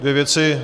Dvě věci.